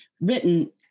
written